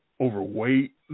overweight